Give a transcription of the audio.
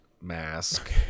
mask